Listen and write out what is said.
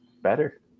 better